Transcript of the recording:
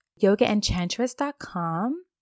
yogaenchantress.com